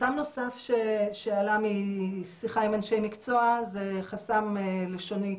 חסם נוסף שעלה משיחה עם אנשי מקצוע זה חסם לשוני תרבותי.